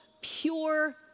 pure